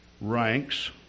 ranks